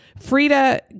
Frida